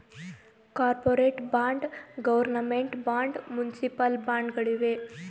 corporate bond, government bond, municipal bond ಗಳಿವೆ